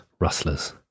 rustlers